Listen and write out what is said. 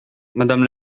madame